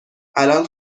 الان